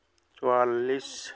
ᱪᱩᱣᱟᱞᱞᱤᱥ